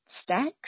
stacks